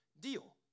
deal